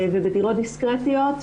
ובדירות דיסקרטיות,